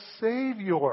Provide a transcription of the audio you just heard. Savior